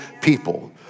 people